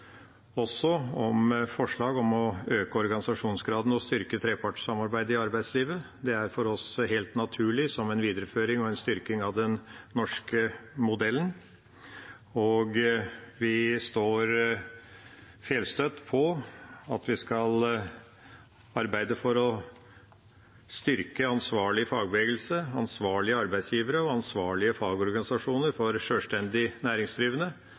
også sammen om forslag om å øke organisasjonsgraden og styrke trepartssamarbeidet i arbeidslivet. Det er for oss helt naturlig som en videreføring og styrking av den norske modellen. Vi står helstøtt på at vi skal arbeide for å styrke en ansvarlig fagbevegelse, ansvarlige arbeidsgivere og ansvarlige fagorganisasjoner for sjølstendig næringsdrivende.